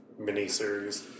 miniseries